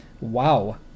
Wow